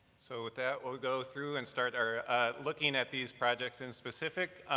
so with that we'll go through and start our looking at these projects in specific,